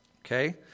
okay